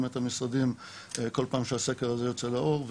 את המשרדים כל פעם שהסקר הזה יוצא לאור,